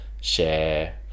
share